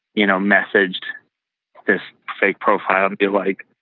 you know, messaged this fake profile and be like,